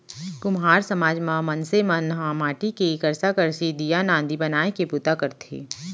कुम्हार समाज म मनसे मन ह माटी के करसा, करसी, दीया, नांदी बनाए के बूता करथे